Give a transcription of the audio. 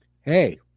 hey